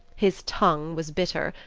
his tongue was bitter,